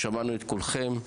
שמענו את כולכם.